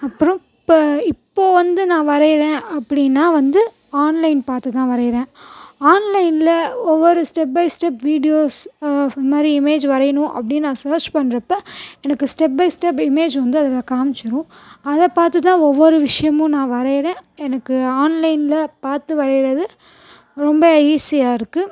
அப்புறம் இப்போ இப்போ வந்து நான் வரைகிறேன் அப்படினா வந்து ஆன்லைன் பார்த்து தான் வரைகிறேன் ஆன்லைனில் ஒவ்வொரு ஸ்டெப் பை ஸ்டெப் வீடியோஸ் இதுமாதிரி இமேஜ் வரையணும் அப்படினு நான் சர்ச் பண்ணுறப்ப எனக்கு ஸ்டெப் பை ஸ்டெப் இமேஜ் வந்து அதில் காம்சிரும் அதை பார்த்து தான் ஒவ்வொரு விஷயமும் நான் வரைகிறேன் எனக்கு ஆன்லைனில் பார்த்து வரைகிறது ரொம்ப ஈசியா இருக்குது